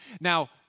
Now